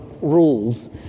rules